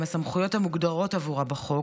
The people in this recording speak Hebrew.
עם הסמכויות המוגדרות עבורה בחוק,